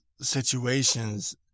situations